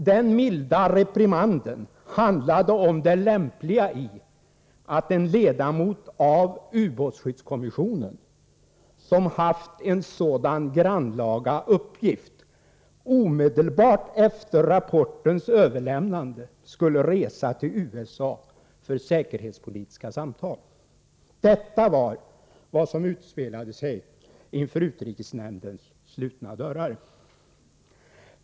Den milda reprimanden handlade om det olämpliga i att en ledamot av ubåtsskyddskommissionen som haft en sådan grannlaga uppgift, omedelbart efter rapportens överlämnande skulle resa till USA för säkerhetspolitiska samtal. Detta var vad som utspelade sig innanför utrikesnämndens slutna dörrar.